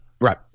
Right